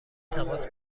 تماس